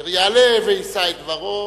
אשר יעלה ויישא את דברו,